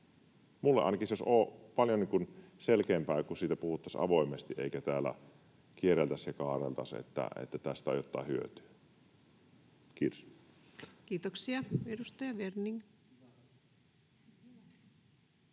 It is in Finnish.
Minulle ainakin olisi paljon selkeämpää, kun siitä puhuttaisiin avoimesti, eikä täällä kierreltäisi ja kaarreltaisi, että tästä on jotain hyötyä. — Kiitos. [Speech